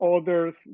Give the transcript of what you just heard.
others